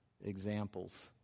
examples